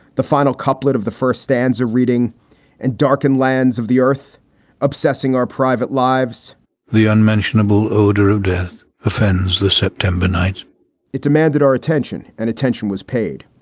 the final couplet of the first stanza reading and darken lands of the earth obsessing our private lives the unmentionable odor of death offends the september night it demanded our attention and attention was paid.